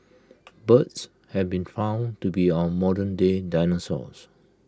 birds have been found to be our modernday dinosaurs